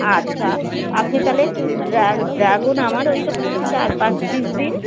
আচ্ছা আপনি তাহলে ড্রা ড্রাগন আমার ওই রকম চার পাঁচ পিস দিন